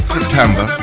September